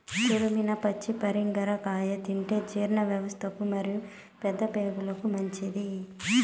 తురిమిన పచ్చి పరింగర కాయ తింటే జీర్ణవ్యవస్థకు మరియు పెద్దప్రేగుకు మంచిది